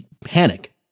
panic